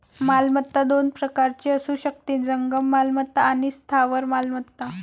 मालमत्ता दोन प्रकारची असू शकते, जंगम मालमत्ता आणि स्थावर मालमत्ता